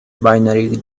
binary